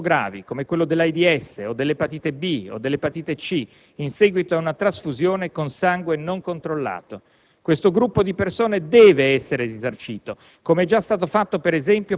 che hanno contratto virus molto gravi, come quello dell'AIDS o dell'epatite B o C, in seguito ad una trasfusione con sangue non controllato. Questo gruppo di persone deve essere risarcito,